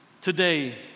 today